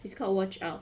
it's called watch out